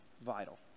vital